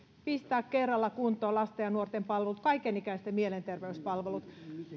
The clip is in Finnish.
pistää kerralla kuntoon lasten ja nuorten palvelut kaikenikäisten mielenterveyspalvelut